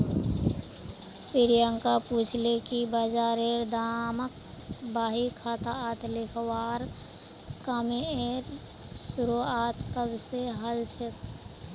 प्रियांक पूछले कि बजारेर दामक बही खातात लिखवार कामेर शुरुआत कब स हलछेक